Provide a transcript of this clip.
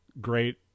great